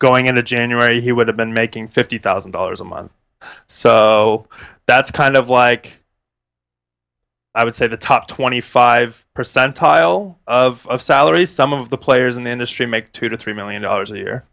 going into january he would have been making fifty thousand dollars a month so that's kind of like i would say the top twenty five percentile of salaries some of the players in the industry make two to three million dollars a year